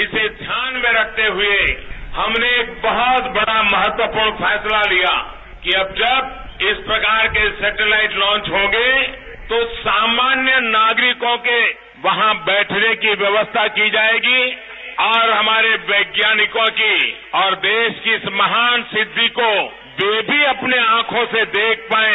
इसे ध्यान में रखते हुए हमने एक बहुत बड़ा महत्वपूर्ण फैसला लिया कि अब जब इस प्रकार की सेटेलाइट लांच होंगे तो सामान्य नागरिकों के वहां बैठने की व्यवस्था की जाएगी और हमारे वैज्ञानिकों की और देश की इस महान सिद्धि को वे भी अपनी आंखों से देखपाएं